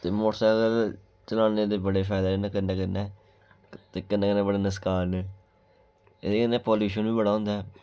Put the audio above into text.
ते मोटरसैकल चलाने दे बड़े फायदे न कन्नै कन्नै ते कन्नै कन्नै बड़े नसकान न एह्दे कन्नै प्लयूशन बी बड़ा होंदा ऐ